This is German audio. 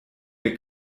wir